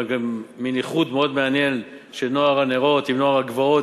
מין איחוד מאוד מעניין של נוער הנרות עם נוער הגבעות,